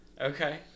Okay